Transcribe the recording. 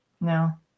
No